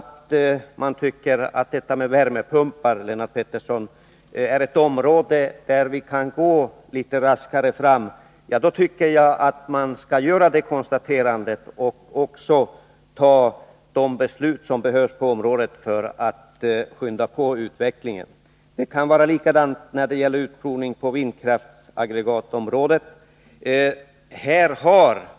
Om man anser att detta med värmepumpar är ett område där vi kan gå litet raskare fram, tycker jag att man skall göra det konstaterandet och fatta de beslut som behövs för att skynda på utvecklingen. Det kan vara likadant när det gäller utprovning av vindkraftsaggregat.